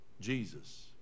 Jesus